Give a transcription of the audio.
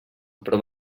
però